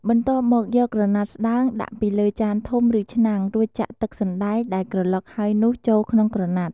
បន្ទាប់មកយកក្រណាត់ស្តើង ដាក់ពីលើចានធំ ឬឆ្នាំង រួចចាក់ទឹកសណ្តែកដែលក្រឡុកហើយនោះចូលក្នុងក្រណាត់។